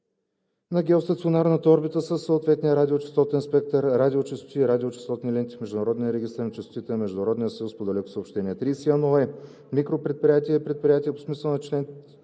на геостационарната орбита със съответния радиочестотен спектър, радиочестоти и радиочестотни ленти в Международния регистър на честотите на Международния съюз по далекосъобщения. 31е. „Микропредприятие“ е предприятие по смисъла на чл.